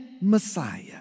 Messiah